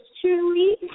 truly